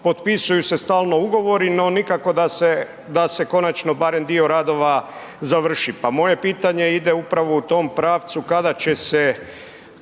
potpisuju se stalno ugovori, no nikako da se konačno barem dio radova završi. Pa moje pitanje ide upravo u tom pravcu kada će se,